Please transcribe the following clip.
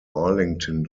arlington